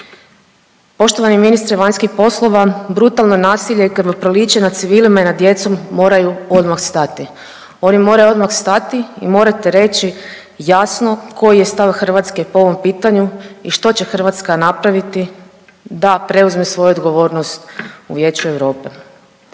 Poštovani ministra vanjskih poslova, brutalno nasilje i krvoproliće nad civilima i nad djecom moraju odmah stati, oni moraju odmah stati i morate reći jasno koji je stav Hrvatske po ovom pitanju i što će Hrvatska napraviti da preuzme svoju odgovornost u Vijeću Europe.